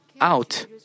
out